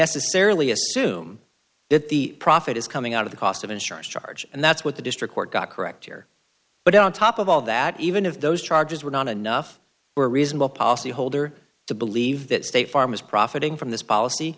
necessarily assume that the profit is coming out of the cost of insurance charge and that's what the district court got correct here but on top of all that even if those charges were not enough were reasonable policyholder to believe that state farm is profiting from this policy